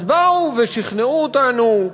אז באו ושכנעו אותנו,